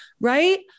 right